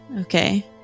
Okay